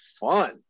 fun